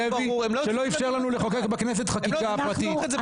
לוי שלא אפשר לנו לחוקק בכנסת חקיקה פרטית.